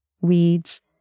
weeds